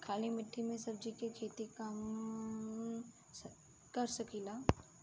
काली मिट्टी में सब्जी के खेती कर सकिले?